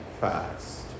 fast